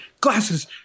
glasses